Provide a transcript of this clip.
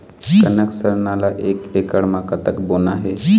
कनक सरना ला एक एकड़ म कतक बोना हे?